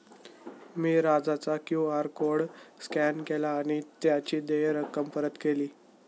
मी राजाचा QR code scan केला आणि त्याची देय रक्कम परत केली